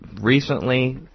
recently